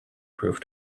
proof